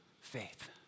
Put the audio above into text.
faith